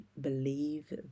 believe